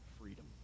freedom